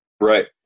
Right